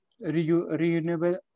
renewable